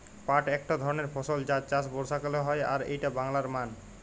পাট একট ধরণের ফসল যার চাষ বর্ষাকালে হয় আর এইটা বাংলার মান